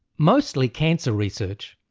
mostly cancer research,